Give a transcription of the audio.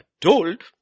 told